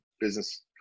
business